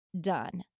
done